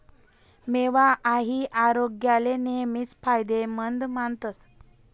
मेवा हाई आरोग्याले नेहमीच फायदेमंद मानतस